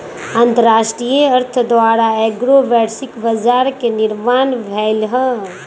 अंतरराष्ट्रीय अर्थ द्वारा एगो वैश्विक बजार के निर्माण भेलइ ह